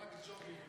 רק ג'ובים הם רוצים.